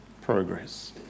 progress